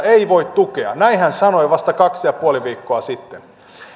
ei voi tukea näin hän sanoi vasta kaksi ja puoli viikkoa sitten